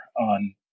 on